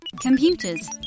Computers